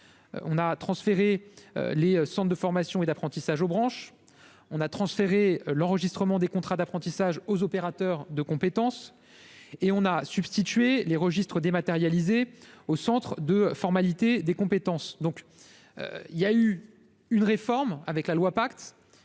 on a transféré les Centres de formation et d'apprentissage aux branches, on a transféré l'enregistrement des contrats d'apprentissage aux opérateurs de compétences et on a substitué les registres dématérialisée au centre de formalités des compétences, donc il y a eu une réforme avec la loi, pacte